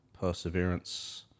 Perseverance